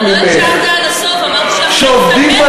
חברת הכנסת מיכל בירן דיברה פה על הכת של פקידי האוצר.